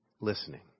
listening